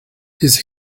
his